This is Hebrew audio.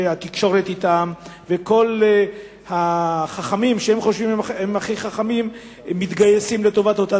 והתקשורת אתם וכל החכמים שחושבים שהם הכי חכמים ומתגייסים למען אותה